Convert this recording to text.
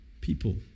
People